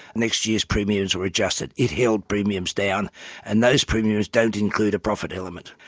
next year's premiums were adjusted. it held premiums down and those premiums don't include a profit element.